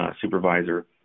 supervisor